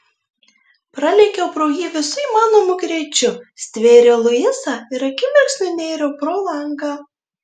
pralėkiau pro jį visu įmanomu greičiu stvėriau luisą ir akimirksniu nėriau pro langą